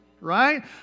right